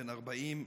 בן 40,